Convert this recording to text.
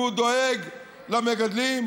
כי הוא דואג למגדלים,